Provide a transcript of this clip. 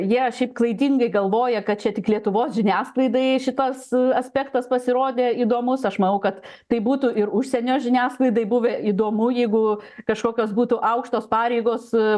jie šiaip klaidingai galvoja kad čia tik lietuvos žiniasklaidai šitas aspektas pasirodė įdomus aš manau kad tai būtų ir užsienio žiniasklaidai buvę įdomu jeigu kažkokios būtų aukštos pareigos